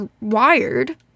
wired